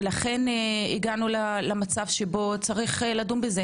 ולכן הגענו למצב שבו צריך לדון בזה